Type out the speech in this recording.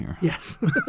Yes